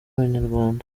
abanyarwanda